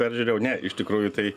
peržiūrėjau ne iš tikrųjų tai